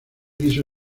quiso